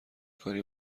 کاری